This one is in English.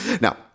Now